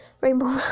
Rainbow